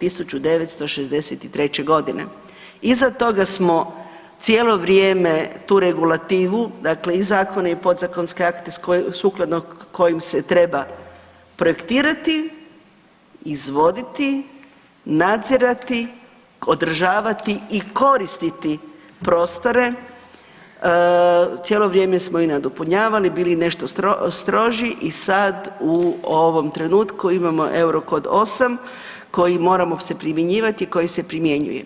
1963. g. Iza toga smo cijelo vrijeme tu regulativu, dakle i zakone i podzakonske akte sukladno kojim se treba projektirati, izvoditi, nadzirati, održavati i koristiti prostore, cijelo vrijeme smo i nadopunjavali, bili nešto stroži i sad u ovom trenutku imamo Eurocode 8 koji moramo se primjenjivati i koji se primjenjuje.